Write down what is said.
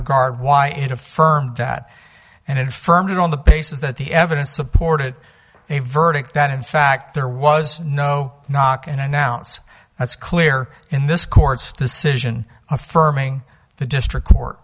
regard why it affirmed that and infirmed it on the basis that the evidence supported a verdict that in fact there was no knock and announce that's clear in this court's decision affirming the district court